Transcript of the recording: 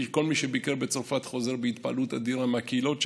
כל מי שביקר בצרפת חוזר בהתפעלות אדירה מהקהילות שם.